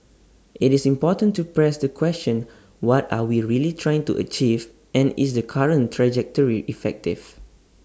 IT is important to press the question what are we really trying to achieve and is the current trajectory effective